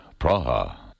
Praha